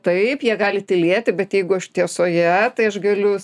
taip jie gali tylėti bet jeigu aš tiesoje tai aš galiu